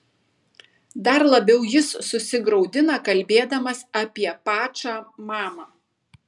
dar labiau jis susigraudina kalbėdamas apie pačą mamą